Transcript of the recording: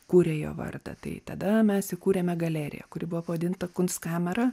kūria jo vardą tai tada mes įkūrėme galeriją kuri buvo pavadinta kuns kamera